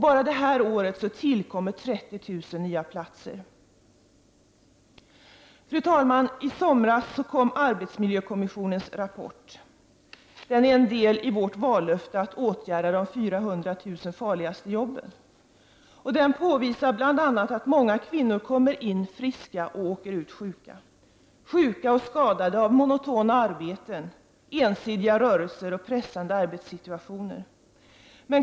Bara i år tillkommer 30 000 nya platser. Fru talman! I somras kom arbetsmiljökommissionens rapport. Den är en del i vårt vallöfte att åtgärda de 400 000 farligaste jobben. Den påvisar bl.a. att många kvinnor kommer in friska och åker ut sjuka. De blir sjuka och skadade av monotona arbeten, ensidiga rörelser och pressande arbetssituationer.